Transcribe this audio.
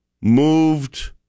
moved